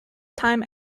time